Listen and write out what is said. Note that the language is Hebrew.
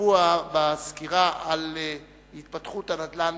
השבוע בסקירה על התפתחות הנדל"ן